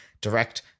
direct